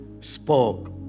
spoke